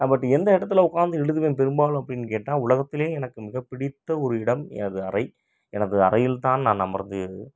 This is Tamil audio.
பட் எந்த இடத்துலஉட்காந்து எழுதுவேன் பெரும்பாலும் அப்படின்னு கேட்டால் உலகத்துலேயே எனக்கு மிகப்பிடித்த ஒரு இடம் எனது அறை எனது அறையில் தான் நான் அமர்ந்து